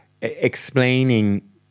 explaining